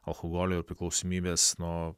alkoholio ir priklausomybės nuo